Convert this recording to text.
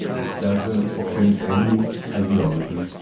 it doesn't offend any ideology.